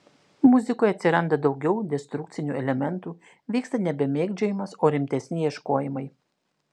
muzikoje atsiranda daugiau destrukcinių elementų vyksta nebe mėgdžiojimas o rimtesni ieškojimai